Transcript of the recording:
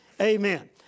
Amen